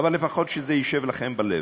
אבל לפחות שזה ישב לכם בלב.